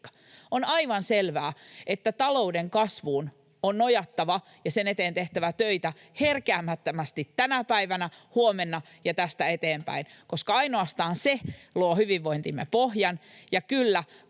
On aivan selvää, että talouden kasvuun on nojattava ja sen eteen tehtävä töitä herkeämättömästi tänä päivänä, huomenna ja tästä eteenpäin, koska ainoastaan se luo hyvinvointimme pohjan.